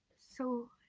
so